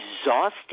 exhausted